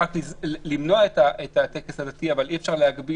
רק למנוע את הטקס הדתי אבל אי אפשר להגביל.